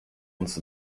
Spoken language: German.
uns